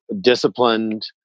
disciplined